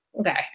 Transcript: okay